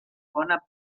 bona